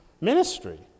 ministry